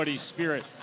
spirit